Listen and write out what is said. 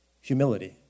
Humility